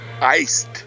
iced